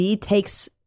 takes